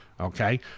Okay